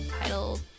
title